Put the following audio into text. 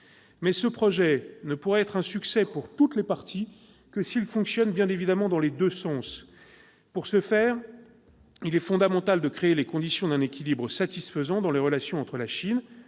un tel projet ne pourra être un succès, pour toutes les parties, que s'il fonctionne dans les deux sens. Pour ce faire, il est fondamental de créer les conditions d'un équilibre satisfaisant dans les relations entre la Chine,